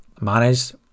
managed